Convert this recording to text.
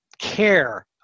care